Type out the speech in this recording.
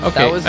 Okay